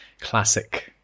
classic